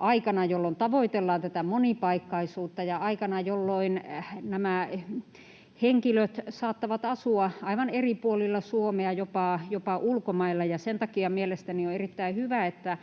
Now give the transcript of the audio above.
aikana, jolloin tavoitellaan tätä monipaikkaisuutta, ja aikana, jolloin nämä henkilöt saattavat asua aivan eri puolilla Suomea, jopa ulkomailla. Sen takia mielestäni on erittäin hyvä, että